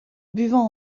buvant